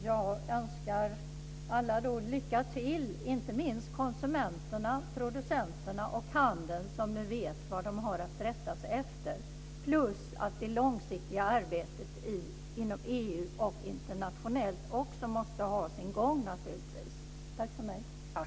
Jag önskar alla lycka till, inte minst konsumenterna, producenterna och handeln som nu vet vad de har att rätta sig efter. Det långsiktiga arbetet inom EU och internationellt måste naturligtvis också ha sin gång.